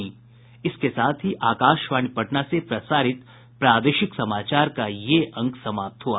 इसके साथ ही आकाशवाणी पटना से प्रसारित प्रादेशिक समाचार का ये अंक समाप्त हुआ